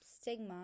stigma